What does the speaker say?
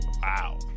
Wow